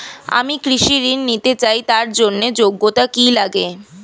আমি কৃষি ঋণ নিতে চাই তার জন্য যোগ্যতা কি লাগে?